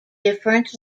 different